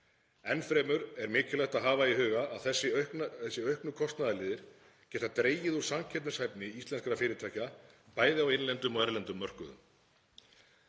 Enn fremur er mikilvægt að hafa í huga að þessir auknu kostnaðarliðir geta dregið úr samkeppnishæfni íslenskra fyrirtækja, bæði á innlendum og erlendum mörkuðum.